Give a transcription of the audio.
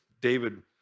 David